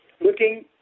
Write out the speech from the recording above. Looking